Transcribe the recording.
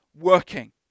working